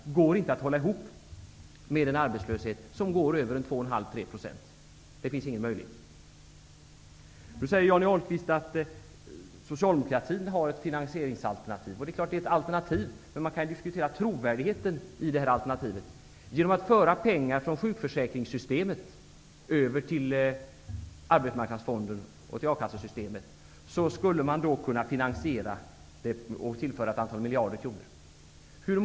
De går inte att hålla ihop med en arbetslöshet som är större än 2,5--3 %. Det finns ingen möjlighet till det. Johnny Ahlqvist säger att socialdemokratin har ett finansieringsalternativ. Det är klart att det är ett alternativ, men man kan diskutera trovärdigheten i detta alternativ. Genom att föra över pengar från sjukförsäkringssystemet till arbetsmarknadsfonden och a-kassesystemet skulle man kunna finansiera det hela och tillföra ett antal miljarder kronor.